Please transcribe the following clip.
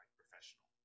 professional